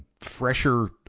fresher